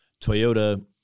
Toyota